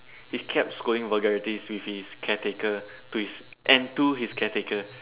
he kept going vulgarities with his caretakers and to his caretakers